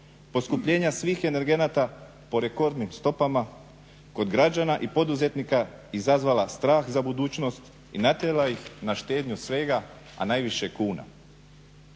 poskupljenja svih energenata po rekordnim stopama kod građana i poduzetnika izazvala strah za budućnost i natjerala ih na štednju svega, a najviše kuna.